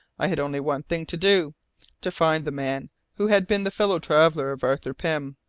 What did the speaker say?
i had only one thing to do to find the man who had been the fellow-traveller of arthur pym,